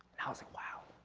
i was like wow.